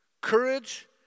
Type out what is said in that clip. Courage